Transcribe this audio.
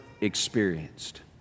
experienced